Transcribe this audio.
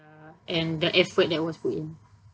uh and the effort that was put in